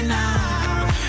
now